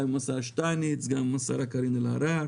גם עם השר שטייניץ וגם עם השרה קרין אלהרר,